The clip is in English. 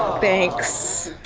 thanks.